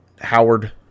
Howard